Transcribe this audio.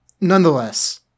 nonetheless